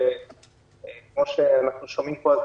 כפי שאנחנו שומעים פה,